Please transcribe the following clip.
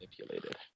manipulated